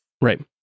right